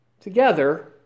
together